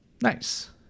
Nice